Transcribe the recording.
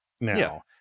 now